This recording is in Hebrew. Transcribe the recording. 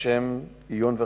לשם עיון והחלטה.